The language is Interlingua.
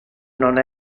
non